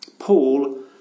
Paul